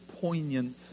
poignant